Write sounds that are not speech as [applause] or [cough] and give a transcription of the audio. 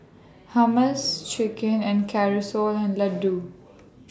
Hummus Chicken and [unintelligible] and Ladoo